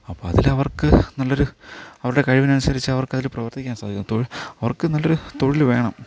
അപ്പോള് അതിലവർക്ക് നല്ലൊരു അവരുടെ കഴിവിനനുസരിച്ച് അവർക്കതില് പ്രവർത്തിക്കാൻ സാധിക്കും തൊഴിൽ അവർക്ക് നല്ലൊരു തൊഴില് വേണം